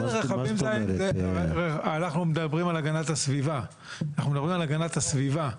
אנחנו מדברים על הגנת הסביבה,